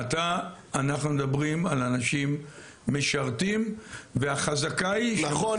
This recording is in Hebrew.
אנחנו מדברים על אנשים משרתים והחזקה היא --- נכון,